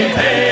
hey